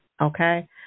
okay